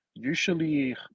Usually